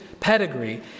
Pedigree